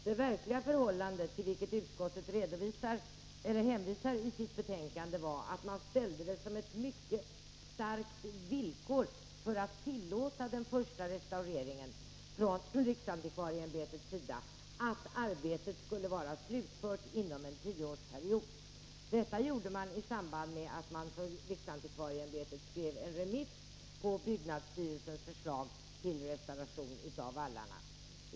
Det verkliga förhållandet, till vilket utskottet hänvisar i sitt betänkande, var att riksantikvarieämbetet angav som ett mycket starkt villkor för att tillåta den första restaureringen, att arbetet skulle vara slutfört inom en tioårsperiod. Detta gjorde man i samband med att riksantikvarieämbetet skrev en remiss på byggnadsstyrelsens förslag om restauration av vallarna.